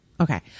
Okay